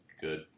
good